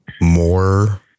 more